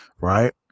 Right